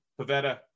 Pavetta